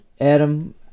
Adam